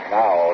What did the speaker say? now